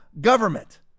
government